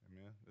Amen